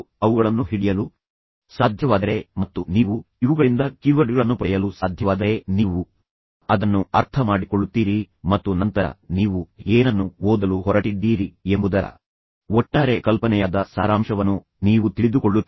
ನೀವು ಅವುಗಳನ್ನು ಹಿಡಿಯಲು ಸಾಧ್ಯವಾದರೆ ಮತ್ತು ನೀವು ಇವುಗಳಿಂದ ಕೀವರ್ಡ್ಗಳನ್ನು ಪಡೆಯಲು ಸಾಧ್ಯವಾದರೆ ನೀವು ಅದನ್ನು ಅರ್ಥಮಾಡಿಕೊಳ್ಳುತ್ತೀರಿ ಮತ್ತು ನಂತರ ನೀವು ಏನನ್ನು ಓದಲು ಹೊರಟಿದ್ದೀರಿ ಎಂಬುದರ ಒಟ್ಟಾರೆ ಕಲ್ಪನೆಯಾದ ಸಾರಾಂಶವನ್ನು ನೀವು ತಿಳಿದುಕೊಳ್ಳುತ್ತೀರಿ